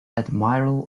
admiral